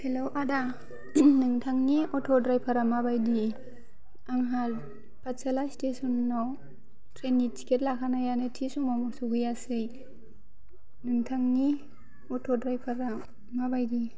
hello आदा नोंथांनि अट' ड्राइभारा मा बायदि आंहा पाटसाला स्टेसनाव ट्रेननि टिकेट लाखानायानो थि समावनो सौहैयासै नोंथांनि अट' ड्राइभारा मा बायदि